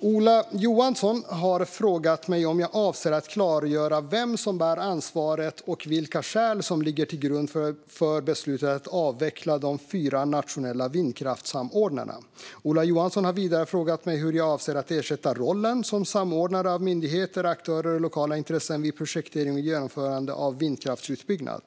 Ola Johansson har frågat mig om jag avser att klargöra vem som bär ansvaret och vilka skäl som ligger till grund för beslutet att avveckla de fyra nationella vindkraftssamordnarna. Ola Johansson har vidare frågat mig hur jag avser att ersätta rollen som samordnare av myndigheter, aktörer och lokala intressen vid projektering och genomförande av vindkraftsutbyggnad.